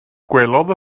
gwelodd